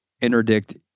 interdict